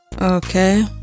Okay